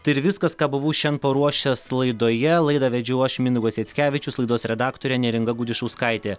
tai ir viskas ką buvau šian paruošęs laidoje laidą vedžiau aš mindaugas jackevičius laidos redaktorė neringa gudišauskaitė